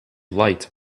light